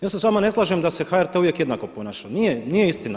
Ja se s vama ne slažem da se HRT uvijek jednako ponaša, nije istina.